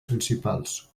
principals